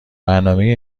برنامه